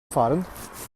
fahren